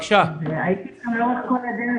הייתי איתכם לאורך כל הדרך.